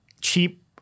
cheap